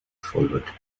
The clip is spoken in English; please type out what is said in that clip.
followed